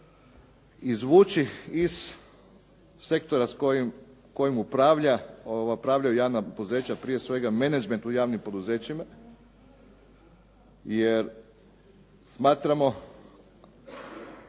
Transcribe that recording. izvući iz sektora kojim upravljaju javna poduzeća, prije svega menađment u javnim poduzećima jer smatramo